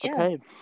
Okay